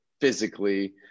physically